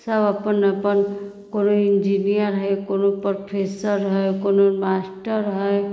सभ अपन अपन कोनो इन्जीनियर हइ कोनो प्रोफेसर हइ कोनो मास्टर हइ